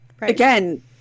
again